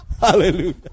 Hallelujah